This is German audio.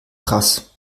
krass